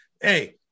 Hey